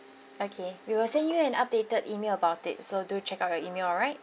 okay we will send you an updated email about it so do check out your email right